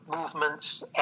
movements